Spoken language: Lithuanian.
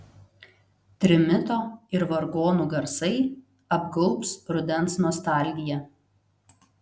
trimito ir vargonų garsai apgaubs rudens nostalgija